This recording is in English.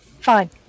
fine